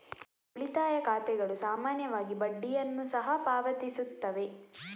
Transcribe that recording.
ಉಳಿತಾಯ ಖಾತೆಗಳು ಸಾಮಾನ್ಯವಾಗಿ ಬಡ್ಡಿಯನ್ನು ಸಹ ಪಾವತಿಸುತ್ತವೆ